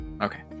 Okay